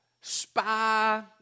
spy